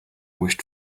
wished